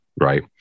right